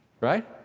right